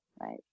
right